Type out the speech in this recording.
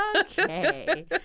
Okay